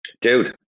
Dude